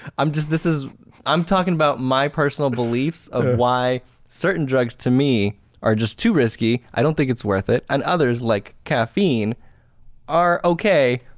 i'm just this is i'm talking about my personal beliefs of why certain drugs to me are just too risky, i don't think it's worth it, and others like caffeine are okay,